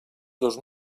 dos